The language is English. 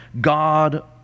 God